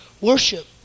worship